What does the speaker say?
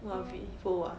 !wah! vivo ah